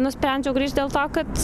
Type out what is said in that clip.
nusprendžiau grįžt dėl to kad